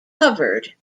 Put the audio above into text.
covered